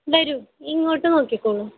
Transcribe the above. വരൂ ഇങ്ങോട്ട് നോക്കിക്കോളൂ